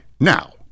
now